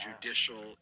judicial